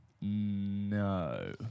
No